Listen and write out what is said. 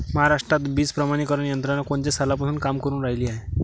महाराष्ट्रात बीज प्रमानीकरण यंत्रना कोनच्या सालापासून काम करुन रायली हाये?